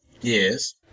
Yes